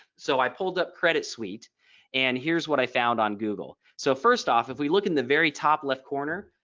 so i pulled up credit suite and here's what i found on google. so first off if we look in the very top left corner,